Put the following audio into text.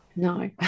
No